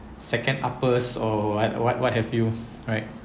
second uppers or what what what have you rights